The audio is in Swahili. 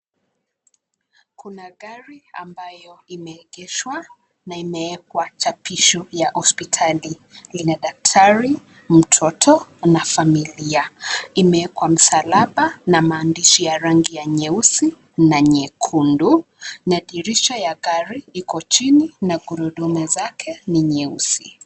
Kuna gari ambayo imeegeshwa na imeekwa chapisho ya hospitali. Lina daktari, mtoto na familia. Imeekwa msalaba na maandishi ya rangi ya nyeusi na nyekundu na dirisha ya gari iko chini na gurudumu zake ni nyeusi.